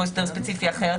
אסביר.